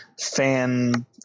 fan